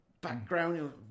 background